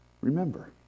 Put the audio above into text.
remember